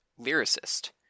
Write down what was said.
lyricist